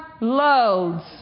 loads